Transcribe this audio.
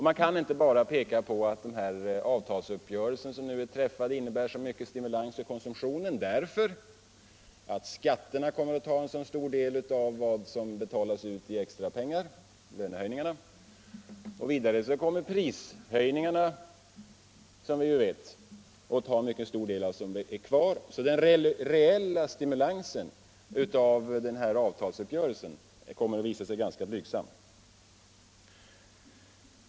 Man kan inte bara peka på att avtalsuppgörelsen som nu är träffad innebär så mycket stimulans för konsumtionen. Skatterna kommer att ta en stor del av de lönehöjningar som betalas ut, och vidare kommer prishöjningarna, som vi vet, att ta en mycket stor del av vad som är kvar. Den reella stimulansen av den här avtalsuppgörelsen kommer att visa sig ganska blygsam.